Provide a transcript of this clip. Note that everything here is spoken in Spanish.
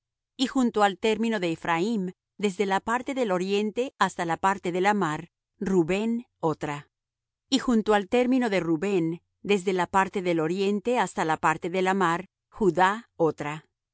y junto al término de ephraim desde la parte del oriente hasta la parte de la mar rubén otra y junto al término de rubén desde la parte del oriente hasta la parte de la mar judá otra